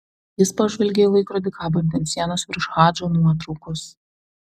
jis pažvelgė į laikrodį kabantį ant sienos virš hadžo nuotraukos